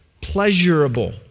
pleasurable